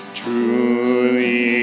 truly